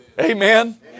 Amen